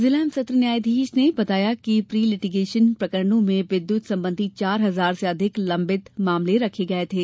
जिला एवं सत्र न्यायाधीश ने बताया कि प्री लिटिगेशन प्रकरणों में विद्युत संबंधित चार हजार से अधिक लंबित मामले रखे गये थे